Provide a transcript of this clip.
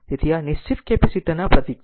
તેથી આ નિશ્ચિત કેપેસિટર નો પ્રતીક છે